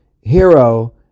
hero